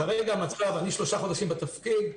כרגע, אני שלושה חודשים בתפקיד,